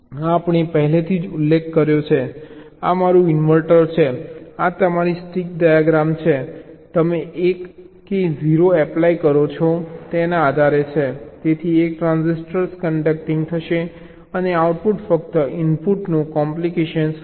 આ આપણે પહેલેથી જ ઉલ્લેખ કર્યો છે આ તમારું ઇન્વર્ટર છે આ તમારી સ્ટીક ડાયાગ્રામ છે તમે 1 કે 0 એપ્લાય કરો છો તેના આધારે છે તેથી એક ટ્રાન્ઝિસ્ટર કંડક્ટિંગ થશે અને આઉટપુટ ફક્ત ઇનપુટનું કોમ્પ્લિમેન્ટ હશે